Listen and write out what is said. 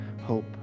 hope